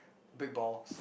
big balls